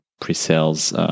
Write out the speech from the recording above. pre-sales